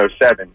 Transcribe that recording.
07